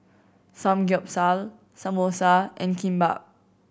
Samgeyopsal Samosa and Kimbap